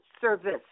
service